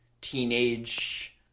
teenage